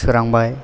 सोरांबाय